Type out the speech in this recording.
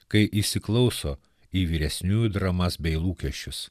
kai įsiklauso į vyresniųjų dramas bei lūkesčius